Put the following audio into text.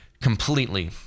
completely